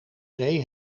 zee